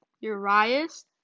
Urias